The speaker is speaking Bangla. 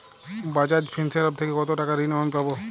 বাজাজ ফিন্সেরভ থেকে কতো টাকা ঋণ আমি পাবো?